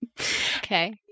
Okay